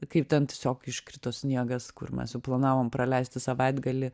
kaip ten tiesiog iškrito sniegas kur mes jau planavom praleisti savaitgalį